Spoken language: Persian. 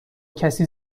کسی